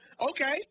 Okay